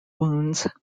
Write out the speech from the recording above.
wounds